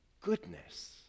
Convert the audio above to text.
goodness